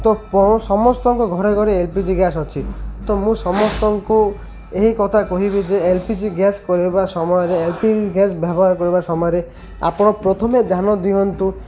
ତ ସମସ୍ତଙ୍କ ଘରେ ଘରେ ଏଲ୍ ପି ଜି ଗ୍ୟାସ୍ ଅଛି ତ ମୁଁ ସମସ୍ତଙ୍କୁ ଏହି କଥା କହିବି ଯେ ଏଲ୍ ପି ଜି ଗ୍ୟାସ୍ କ ସମୟରେ ଏଲ୍ ପି ଜି ଗ୍ୟାସ୍ ବ୍ୟବହାର କରିବା ସମୟରେ ଆପଣ ପ୍ରଥମେ ଧ୍ୟାନ ଦିଅନ୍ତୁ